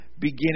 beginning